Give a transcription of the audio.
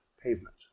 pavement